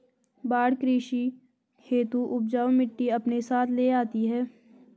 बाढ़ कृषि हेतु उपजाऊ मिटटी अपने साथ ले आती है